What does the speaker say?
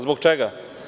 Zbog čega?